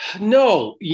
No